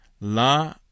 la